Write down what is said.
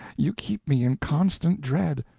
you keep me in constant dread.